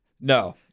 no